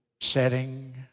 setting